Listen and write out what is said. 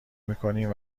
میکنیم